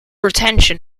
retention